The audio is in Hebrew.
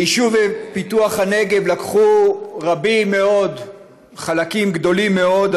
ביישוב ופיתוח הנגב לקחו רבים מאוד חלקים גדולים מאוד,